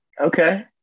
okay